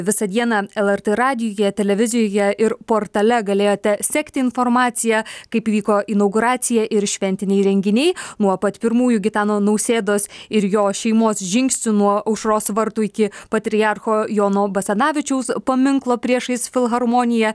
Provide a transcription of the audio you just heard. visą dieną lrt radijuje televizijoje ir portale galėjote sekti informaciją kaip vyko inauguracija ir šventiniai renginiai nuo pat pirmųjų gitano nausėdos ir jo šeimos žingsnių nuo aušros vartų iki patriarcho jono basanavičiaus paminklo priešais filharmoniją